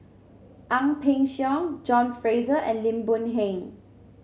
Ang Peng Siong John Fraser and Lim Boon Heng